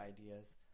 ideas